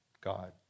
God